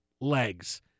legs